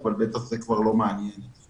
אבל בטח זה כבר לא מעניין אתכם.